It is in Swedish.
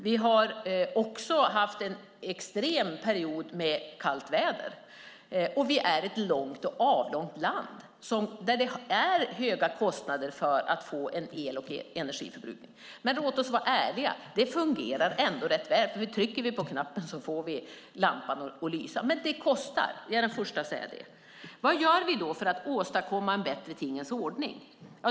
Vi har även haft en extrem period med kallt väder, och vi har ett långt och avlångt land, där det är höga kostnader för el och energiförbrukning. Låt oss vara ärliga: Det fungerar ändå rätt väl. Trycker vi på knappen får vi lampan att lysa. Men det kostar; jag är den första att säga det. Vad gör vi då för att åstadkomma en bättre tingens ordning?